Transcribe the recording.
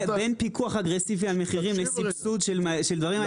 בין פיקוח אגרסיבי על מחירים לסבסוד של דברים,